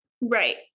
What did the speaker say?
Right